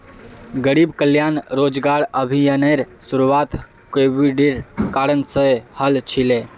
गरीब कल्याण रोजगार अभियानेर शुरुआत कोविडेर कारण से हल छिले